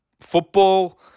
football